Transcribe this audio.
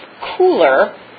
cooler